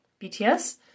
BTS